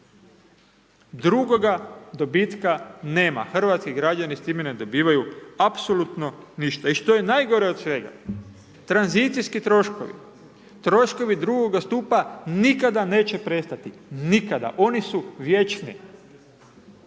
Drugoga dobitka nema, hrvatskih građani s time ne dobivaju apsolutno ništa. I što je najgore od svega tranzicijski troškovi, troškovi drugoga stupa nikada neće prestati, nikada, oni su vječni